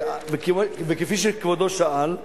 כפי שכבודו שאל,